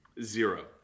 Zero